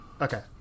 Okay